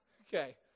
Okay